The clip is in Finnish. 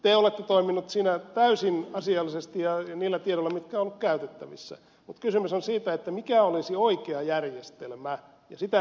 te olette toiminut siinä täysin asiallisesti ja niillä tiedoilla mitkä on ollut käytettävissä mutta kysymys on siitä mikä olisi oikea järjestelmä ja sitä minä tässä tarkoitin